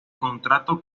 contrato